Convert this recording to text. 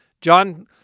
John